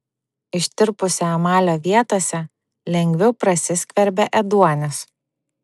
ištirpusio emalio vietose lengviau prasiskverbia ėduonis